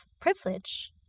privilege